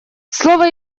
слово